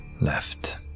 left